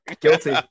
guilty